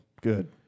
Good